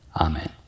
Amen